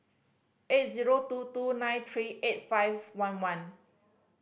eight zero two two nine three eight five one one